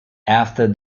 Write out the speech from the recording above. after